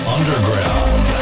Underground